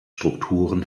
strukturen